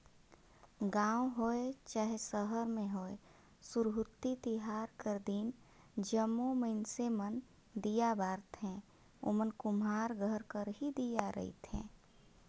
गाँव होए चहे सहर में होए सुरहुती तिहार कर दिन जम्मो मइनसे मन दीया बारथें ओमन कुम्हार घर कर ही दीया रहथें